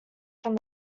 from